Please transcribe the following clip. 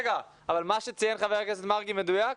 רגע ,אבל מה שציין ח"כ מרגי מדויק?